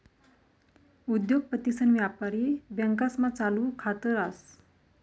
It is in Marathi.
उद्योगपतीसन व्यापारी बँकास्मा चालू खात रास